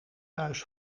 thuis